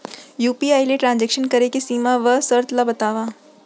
UPI ले transaction करे के सीमा व शर्त ला बतावव?